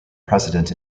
precedent